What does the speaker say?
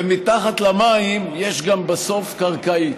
ומתחת למים יש בסוף גם קרקעית.